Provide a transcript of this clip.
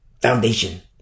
foundation